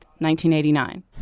1989